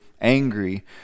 angry